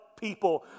people